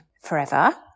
forever